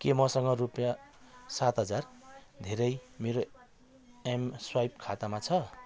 के मसँग रुपियाँ सात हजार धेरै मेरो एम स्वाइप खातामा छ